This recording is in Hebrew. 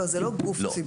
לא, זה לא גוף ציבורי.